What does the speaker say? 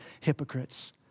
hypocrites